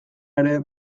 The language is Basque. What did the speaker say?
ere